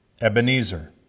Ebenezer